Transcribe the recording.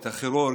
את הכירורג,